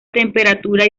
temperatura